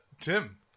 Tim